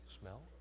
Smell